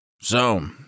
So